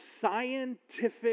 scientific